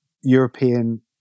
European